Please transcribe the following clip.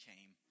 Came